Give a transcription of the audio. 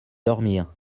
dormir